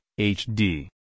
HD